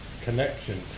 connection